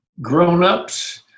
grownups